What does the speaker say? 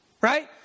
Right